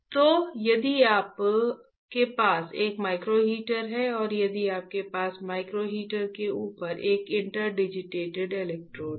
तो अब यदि आपके पास एक माइक्रो हीटर है और यदि आपके पास माइक्रो हीटर के ऊपर एक इंटरडिजिटेटेड इलेक्ट्रोड है